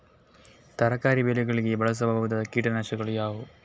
ತರಕಾರಿ ಬೆಳೆಗಳಿಗೆ ಬಳಸಬಹುದಾದ ಕೀಟನಾಶಕಗಳು ಯಾವುವು?